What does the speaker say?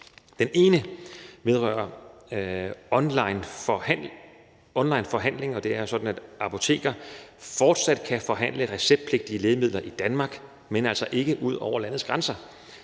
ændring vedrører onlineforhandlinger. Det er jo sådan, at apoteker fortsat kan forhandle receptpligtige lægemidler i Danmark, men altså ikke ud over landets grænser,